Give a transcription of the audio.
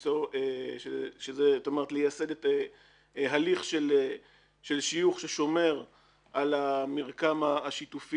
לייסד הליך של שיוך ששומר על המרקם השיתופי